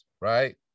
right